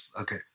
Okay